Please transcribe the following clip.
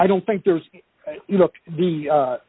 i don't think there's you know the